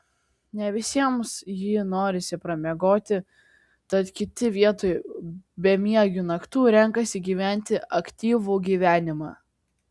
ne visiems jį norisi pramiegoti tad kiti vietoj bemiegių naktų renkasi gyventi aktyvų gyvenimą